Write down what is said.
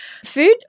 Food